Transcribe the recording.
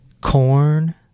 corn